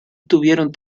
tuvieron